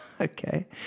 Okay